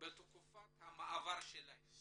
בתקופת המעבר שלהם